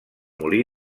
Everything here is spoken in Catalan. molí